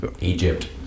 Egypt